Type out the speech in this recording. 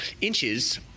inches